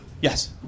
Yes